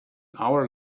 hour